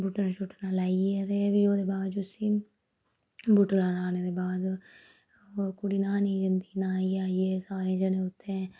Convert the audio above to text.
बुटना शुटना लाइयै ते फ्ही ओह्दे बाद च उसी बुटना लाने दे बाद ओह् कुड़ी न्हाने गी जंदी न्हाइयै आइयै सारे जने उत्थें